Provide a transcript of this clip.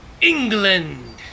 England